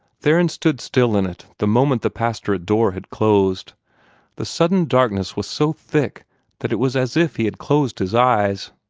theron stood still in it the moment the pastorate door had closed the sudden darkness was so thick that it was as if he had closed his eyes.